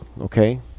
Okay